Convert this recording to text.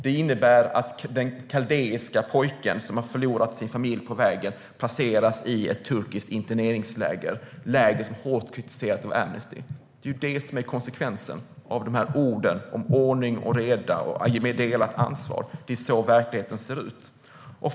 Det innebär att den kaldéiska pojken som förlorat sin familj på vägen placeras i ett turkiskt interneringsläger, hårt kritiserat av Amnesty. Det är det som är konsekvensen av orden om ordning och reda och delat ansvar. Det är så verkligheten ser ut.